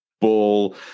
ball